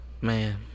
Man